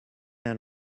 and